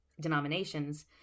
denominations